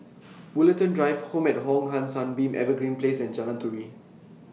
Woollerton Drive Home At Hong San Sunbeam Evergreen Place and Jalan Turi